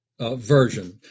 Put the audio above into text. version